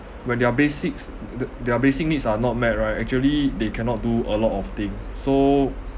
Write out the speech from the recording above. when their basics the~ their basic needs are not met right actually they cannot do a lot of thing so